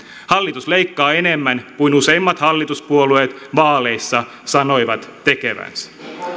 hallitus leikkaa enemmän kuin useimmat hallituspuolueet vaaleissa sanoivat tekevänsä